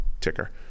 ticker